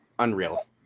unreal